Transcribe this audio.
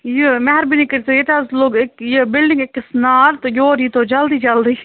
یہِ مہربٲنی کٔرۍزیٚو ییٚتہِ حظ لوٚگ یہِ بِلڈِنٛگ أکِس نار تہٕ یور ییٖتو جلدی جلدی